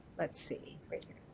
let's see, right here.